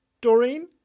Doreen